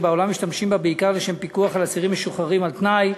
שבעולם משתמשים בה בעיקר לפיקוח על אסירים משוחררים על-תנאי,